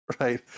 right